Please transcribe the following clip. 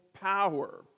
power